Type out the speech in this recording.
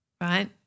right